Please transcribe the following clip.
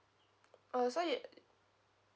uh so you